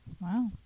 Wow